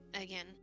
again